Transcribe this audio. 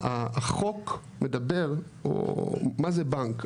מה זה בנק?